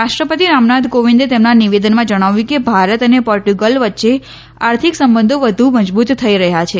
રાષ્ટ્રપતિ રામનાથ કોવિંદે તેમના નિવેદનમાં જણાવ્યું કે ભારત અને પોર્ટુગલ વચ્ચે આર્થિક સંબંધી વધુ મજબૂત થઈ રહ્યા છે